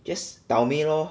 just 倒霉 lor